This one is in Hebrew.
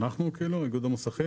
איגוד המוסכים.